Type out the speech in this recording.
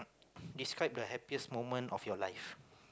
describe the happiest moment of your life